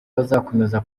bazakomeza